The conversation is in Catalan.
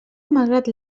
malgrat